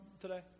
today